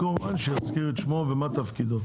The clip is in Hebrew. אני מתכבד לפתוח את ישיבת ועדת הכלכלה.